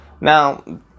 Now